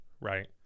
right